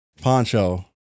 poncho